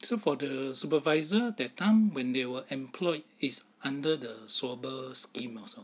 so for the supervisor that time when they were employed is under the swabber scheme also